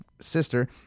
sister